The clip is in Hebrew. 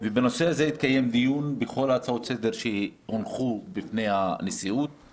בנושא הזה התקיים דיון בכל ההצעות לסדר שהונחו בפני הנשיאות,